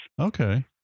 Okay